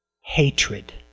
hatred